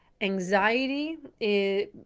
Anxiety